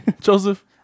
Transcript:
joseph